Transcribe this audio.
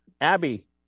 abby